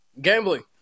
Gambling